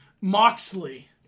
Moxley